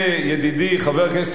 ידידי חבר הכנסת אורבך,